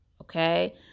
Okay